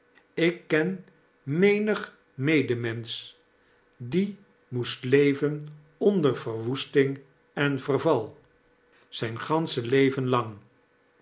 ik ken menig medemensch die moet leven onder verwoesting en verval zyn gansche leven lang